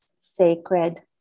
sacred